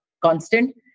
constant